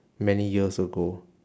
many years ago